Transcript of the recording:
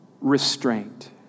restraint